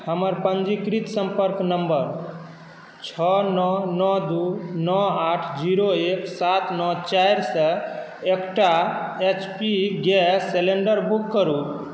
हमर पञ्जीकृत सम्पर्क नम्बर छओ नओ नओ दू नओ आठ जीरो एक सात नौ चारि सँ एकटा H P gas cylinder book करू